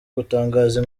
gutangaza